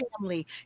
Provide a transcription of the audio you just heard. family